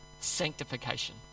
sanctification